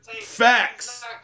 Facts